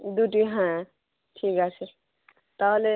দুটি হ্যাঁ ঠিক আছে তাহলে